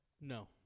No